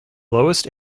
lowest